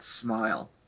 smile